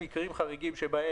אם מתקיימים לגביו כל אלה: